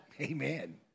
Amen